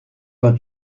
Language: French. quand